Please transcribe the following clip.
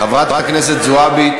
חברת הכנסת זועבי,